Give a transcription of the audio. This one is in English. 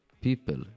people